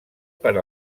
per